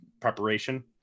preparation